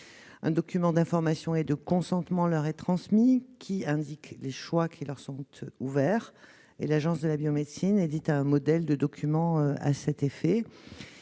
Un document d'information et de consentement leur est transmis, indiquant les choix qui leur sont ouverts, et l'Agence de la biomédecine édite un modèle de documents à cet effet.